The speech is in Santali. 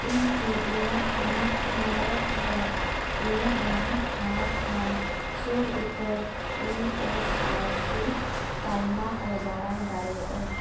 ᱤᱧ ᱠᱤ ᱤᱧᱟᱹᱜ ᱦᱚᱱᱚᱛ ᱢᱮᱨᱟᱴ ᱨᱮ ᱤᱧᱟᱹᱜ ᱱᱟᱦᱟᱜ ᱴᱷᱟᱶ ᱠᱷᱚᱱ ᱥᱩᱨ ᱩᱛᱟᱹᱨ ᱤ ᱮᱹᱥ ᱟᱭ ᱥᱤ ᱛᱟᱞᱢᱟ ᱠᱚ ᱵᱟᱲᱟᱭ ᱫᱟᱲᱮᱭᱟᱜᱼᱟᱹᱧ